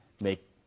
make